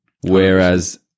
whereas